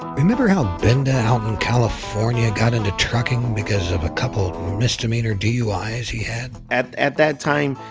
remember how binda out in california got into trucking because of a couple misdemeanor duis he had? at at that time,